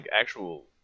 actual